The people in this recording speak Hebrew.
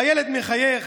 הילד מחייך.